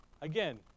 Again